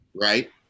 Right